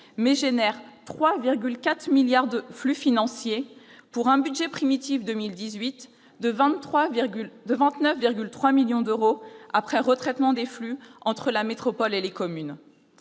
mais suscite 3,4 milliards d'euros de flux financiers, pour un budget primitif pour 2018 de 29,3 millions d'euros après retraitement des flux entre la métropole et les communes,